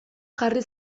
jarri